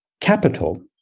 Capital